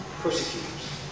persecutors